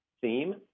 theme